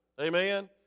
Amen